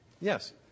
Yes